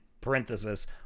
parenthesis